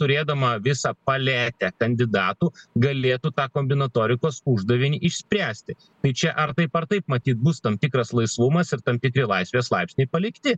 turėdama visą paletę kandidatų galėtų tą kombinatorikos uždavinį išspręsti tai čia ar taip ar taip matyt bus tam tikras laisvumas ir tam tikri laisvės laipsniai palikti